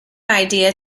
idea